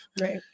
Right